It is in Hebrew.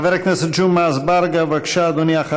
חבר הכנסת ג'מעה אזברגה, בבקשה, אדוני.